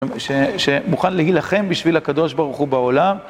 גם ש... ש... שמוכן להילחם בשביל הקדוש ברוך הוא בעולם.